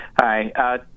Hi